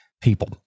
people